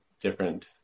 different